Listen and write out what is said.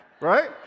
Right